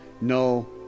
No